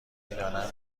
میدانم